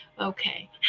okay